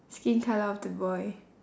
skin colour of the boy